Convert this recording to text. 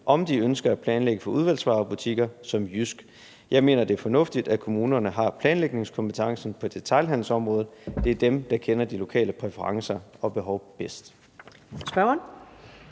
om de ønsker at planlægge for udvalgsvarebutikker som JYSK. Jeg mener, det er fornuftigt, at kommunerne har planlægningskompetencen på detailhandelsområdet. Det er dem, der kender de lokale præferencer og behov bedst.